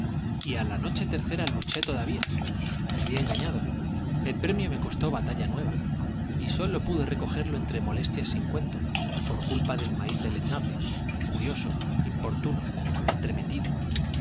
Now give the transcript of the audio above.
a la noche tercera luché todavía me había engañado el premio me costó batalla nueva y sólo pude recogerlo entre molestias sin cuento por culpa del maíz deleznable curioso importuno